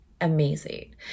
amazing